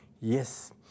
Yes